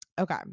Okay